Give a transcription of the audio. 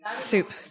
Soup